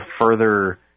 further